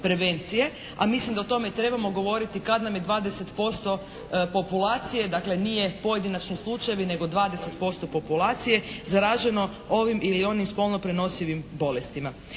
a mislim da o tome trebamo govoriti kad nam je 20% populacije dakle nije pojedinačni slučajevi nego 20% populacije zaraženo ovim ili onim spolno prenosivim bolestima.